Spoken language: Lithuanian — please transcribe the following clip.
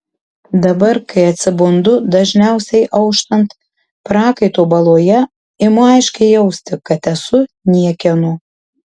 dabar kai atsibundu dažniausiai auštant prakaito baloje imu aiškiai jausti kad esu niekieno